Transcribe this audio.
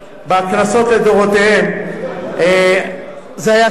בכנסות לדורותיהן, זה היה שנה.